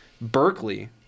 Berkeley